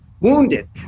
wounded